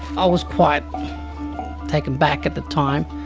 i was quite taken aback at the time.